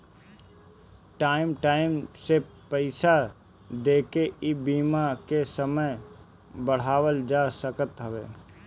time time पे पईसा देके इ बीमा के समय बढ़ावल जा सकत हवे